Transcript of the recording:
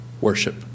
Worship